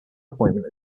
appointment